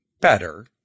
better